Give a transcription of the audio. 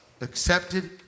accepted